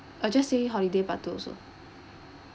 uh just say holiday part two also